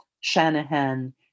Shanahan